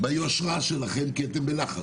ביושרה שלכם, כי אתם בלחץ,